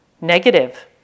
negative